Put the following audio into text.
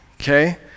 Okay